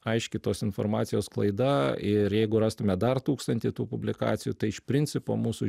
aiškiai tos informacijos sklaida ir jeigu rastume dar tūkstantį tų publikacijų tai iš principo mūsų